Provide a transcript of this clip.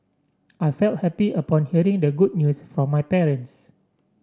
I felt happy upon hearing the good news from my parents